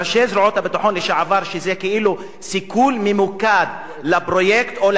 לשעבר שזה כאילו סיכול ממוקד לפרויקט או למשימה של ראש